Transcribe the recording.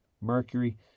Mercury